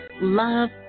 love